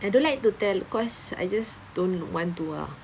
I don't like to tell cause I just don't want to uh